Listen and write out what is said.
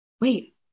wait